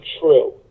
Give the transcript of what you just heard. true